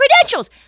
credentials